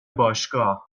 باشگاه